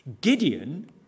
Gideon